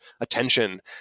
attention